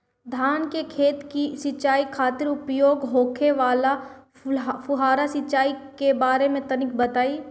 धान के खेत की सिंचाई खातिर उपयोग होखे वाला फुहारा सिंचाई के बारे में तनि बताई?